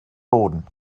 boden